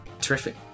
terrific